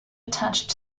attached